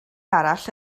arall